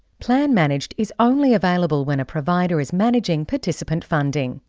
plan managed is only available when a provider is managing participant funding.